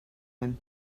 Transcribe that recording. him